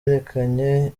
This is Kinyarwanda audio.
yerekanye